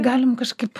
galim kažkaip